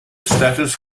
status